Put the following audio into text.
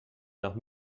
nach